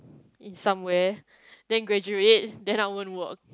in somewhere then graduate then I won't work